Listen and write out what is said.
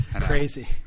Crazy